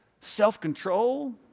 Self-control